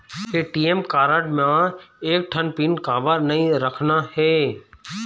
ATM card म एक ठन पिन काबर नई रखना हे?